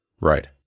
Right